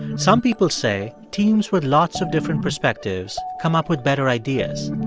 some people say teams with lots of different perspectives come up with better ideas.